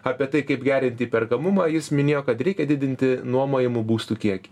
apie tai kaip gerinti įperkamumą jis minėjo kad reikia didinti nuomojamų būstų kiekį